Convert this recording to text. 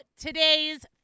today's